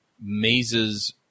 mazes